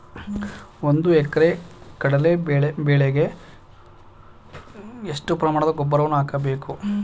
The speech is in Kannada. ಒಂದು ಎಕರೆ ಕಡಲೆ ಬೆಳೆಗೆ ಎಷ್ಟು ಪ್ರಮಾಣದ ಗೊಬ್ಬರವನ್ನು ಹಾಕಬೇಕು?